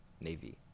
Navy